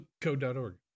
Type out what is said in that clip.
code.org